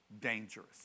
dangerous